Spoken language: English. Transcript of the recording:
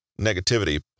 Negativity